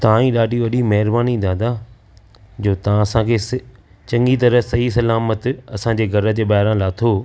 तहाईं ॾाढी वॾी मेहरबानी दादा जो तहां असांखे स चङी तरह सही सलामत असांजे घर जे ॿाहिरां लाहियो